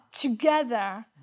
together